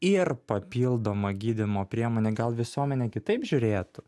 ir papildoma gydymo priemonė gal visuomenė kitaip žiūrėtų